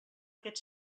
aquest